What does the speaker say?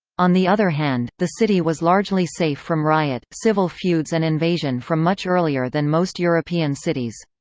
on the other hand, the city was largely safe from riot, civil feuds and invasion from much earlier than most european cities.